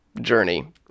journey